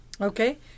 Okay